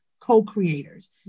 co-creators